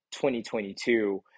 2022